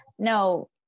No